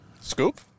Scoop